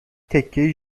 تکه